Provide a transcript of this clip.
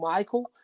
Michael